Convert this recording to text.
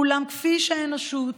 אולם כפי שהאנושות